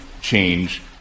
change